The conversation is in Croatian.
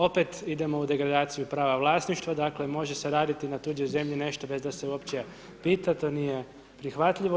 Opet, idemo u degradaciju prava vlasništva, dakle, može se raditi na tuđoj zemlji nešto bez da se uopće pita, to nije prihvatljivo.